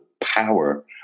power